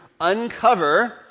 uncover